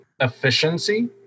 efficiency